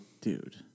dude